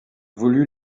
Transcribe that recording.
voulut